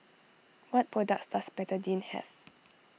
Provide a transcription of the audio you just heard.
what products does Betadine have